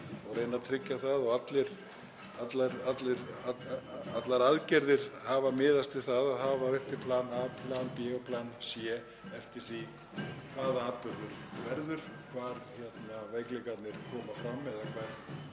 og reyna að tryggja það og allar aðgerðir hafa miðast við það að hafa plan A, plan B og plan B eftir því hvaða atburður verður, hvar veikleikarnir koma fram eða